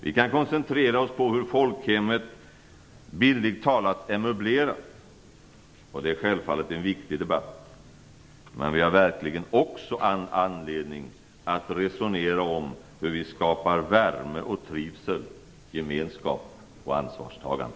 Vi kan koncentrera oss på hur folkhemmet, bildligt talat, är möblerat, och det är självfallet en viktig debatt. Men vi har verkligen också all anledning att resonera om hur vi skapar värme och trivsel, gemenskap och ansvarstagande.